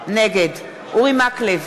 נגד אורי מקלב,